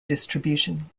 distribution